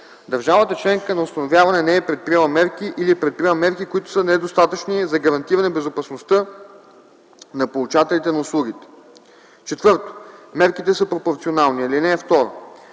държавата членка на установяване не е предприела мерки или е предприела мерки, които са недостатъчни за гарантиране безопасността на получателите на услугите; 4. мерките са пропорционални. (2) За